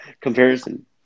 comparison